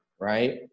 right